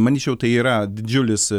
manyčiau tai yra didžiulis